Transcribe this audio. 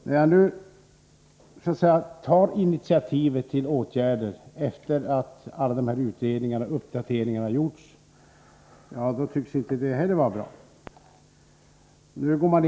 När jag nu tar initiativ till åtgärder efter att utredningar genomförts och uppdateringar gjorts, då tycks inte det heller vara bra.